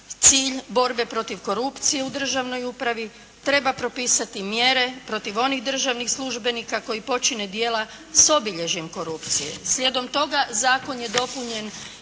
cilj borbe protiv korupcije u državnoj upravi. Treba propisati mjere protiv onih državnih službenika koji počine djela s obilježjem korupcije. Slijedom toga zakon je dopunjen